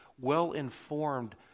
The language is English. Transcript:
well-informed